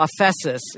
aphesis